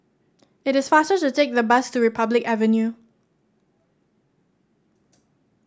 it is faster to take the bus to Republic Avenue